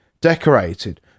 decorated